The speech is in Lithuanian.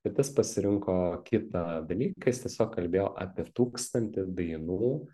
bet jis pasirinko kitą dalyką jis tiesiog kalbėjo apie tūkstantį dainų